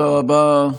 תודה רבה,